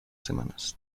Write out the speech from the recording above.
semanas